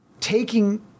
taking